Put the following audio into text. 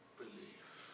believe